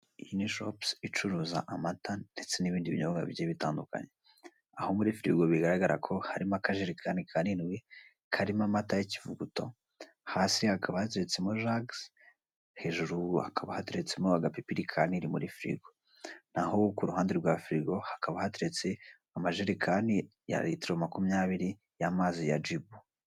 Iyi ni shopu icuruza amata ndetse n'ibindi binyobwa bigiye bitandukanye. Aho muri firigo, bigaragara ko harimo akajerekani k'arindwi karimo amata y'ikivuguto. Hasi hakaba hateretsemo jagizi, hejuru hakaba hateretsemo agapipiri ka nili muri firigo. Naho ku ruhande rwa firigo hakaba hateretse amajerekani ya litiro makumyabiri y'amazi ya jibu.